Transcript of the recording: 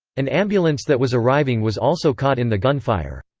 an ambulance that was arriving was also caught in the gunfire.